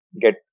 get